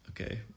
Okay